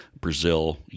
Brazil